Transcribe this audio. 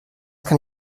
kann